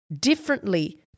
differently